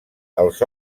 els